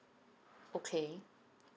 okay